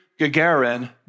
Gagarin